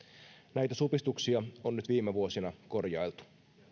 näitä supistuksia on nyt viime vuosina korjailtu